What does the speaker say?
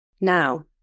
now